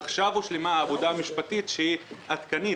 עכשיו הושלמה העבודה המשפטית שהיא עדכנית